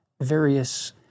various